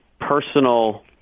personal